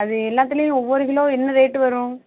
அது எல்லாத்திலையும் ஒவ்வொரு கிலோ என்ன ரேட்டு வரும்